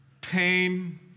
pain